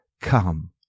Come